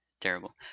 Terrible